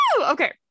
okay